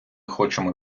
хочемо